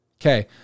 Okay